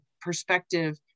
perspective